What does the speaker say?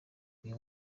uyu